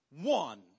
one